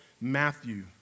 Matthew